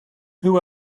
who